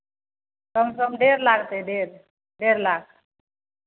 कमसँ कम डेढ़ लागतै डेढ़ डेढ़ लाख